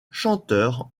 chanteur